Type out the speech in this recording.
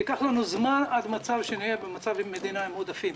ייקח לנו זמן עד שנהיה במצב של מדינה עם עודפים.